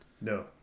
no